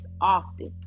often